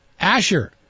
Asher